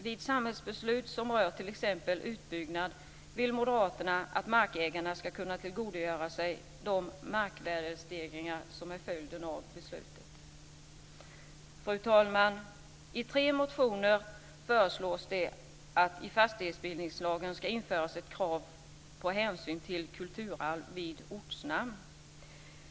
Vid samhällsbeslut som rör t.ex. utbyggnader vill moderaterna att markägarna ska kunna tillgodogöra sig de markvärdestegringar som är följden av beslutet. Fru talman! I tre motioner föreslås det att det i fastighetsbildningslagen ska införas ett krav på hänsyn till kulturarv vid ortsnamn.